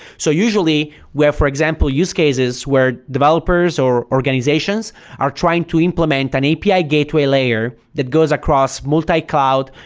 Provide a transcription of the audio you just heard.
so usually where, for example, use cases where developers or organizations are trying to implement an api ah gateway layer that goes across multi-cloud,